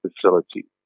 facility